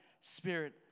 spirit